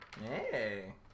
Hey